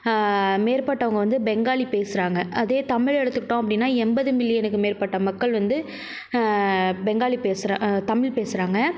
மேற்பட்டவங்க வந்து பெங்காலி பேசுகிறாங்க அதே தமிழ் எடுத்துக்கிட்டோம் அப்படினா எண்பது மில்லியனுக்கு மேற்பட்ட மக்கள் வந்து பெங்காலி பேசுகிற தமிழ் பேசுகிறாங்க